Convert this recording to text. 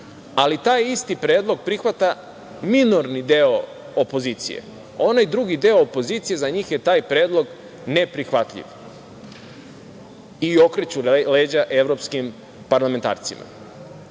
ali taj isti predlog prihvata minorni deo opozicije. Onaj drugi deo opozicije, za njih je taj predlog neprihvatljiv i okreću leđa evropskim parlamentarcima.Zašto